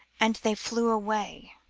and they flew away.